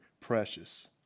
precious